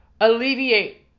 alleviate